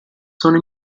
sono